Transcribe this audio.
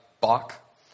Bach